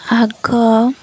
ଆଗ